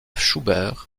schubert